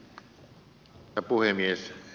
herra puhemies